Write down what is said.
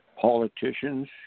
Politicians